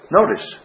notice